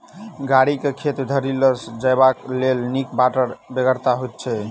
गाड़ी के खेत धरि ल जयबाक लेल नीक बाटक बेगरता होइत छै